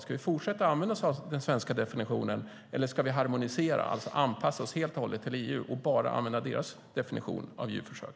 Ska vi fortsätta att använda oss av den svenska definitionen eller ska vi harmonisera, det vill säga anpassa oss helt och hållet till EU och bara använda deras definition av djurförsök?